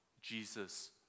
Jesus